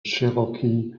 cherokee